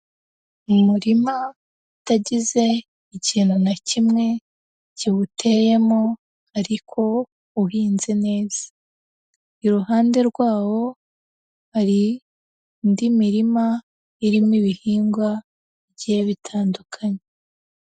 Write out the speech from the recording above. Umurima utagize ikintu na kimwe kiwuteyemo ariko uhinze neza, iruhande rwawo hari indi mirima irimo ibihingwa bgiye bitandukanye.